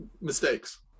mistakes